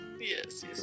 yes